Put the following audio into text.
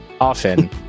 often